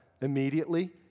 immediately